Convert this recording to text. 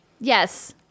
Yes